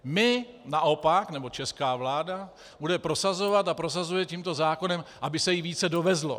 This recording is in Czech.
My naopak, nebo česká vláda bude prosazovat a prosazuje tímto zákonem, aby se jí více dovezlo.